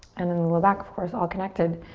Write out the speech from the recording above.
and then low back, of course, all connected.